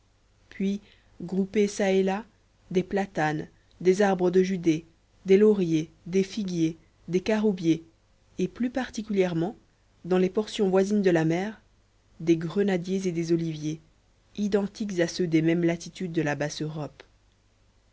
puis groupés ça et là des platanes des arbres de judée des lauriers des figuiers des caroubiers et plus particulièrement dans les portions voisines de la mer des grenadiers et des oliviers identiques à ceux des mêmes latitudes de la basse europe